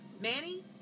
Manny